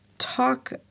Talk